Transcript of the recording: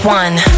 one